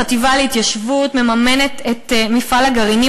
החטיבה להתיישבות מממנת את מפעל הגרעינים